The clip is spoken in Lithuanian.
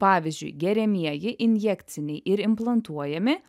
pavyzdžiui geriamieji ir injekciniai ir implantuojami